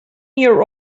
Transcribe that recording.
year